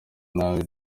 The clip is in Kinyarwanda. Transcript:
nabi